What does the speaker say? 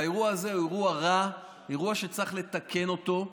האירוע הזה הוא אירוע רע, אירוע שצריך לתקן אותו,